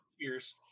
cheers